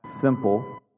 simple